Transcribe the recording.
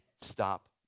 stop